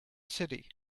city